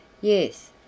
Yes